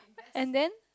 and then